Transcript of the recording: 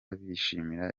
bishimira